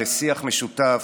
לשיח משותף,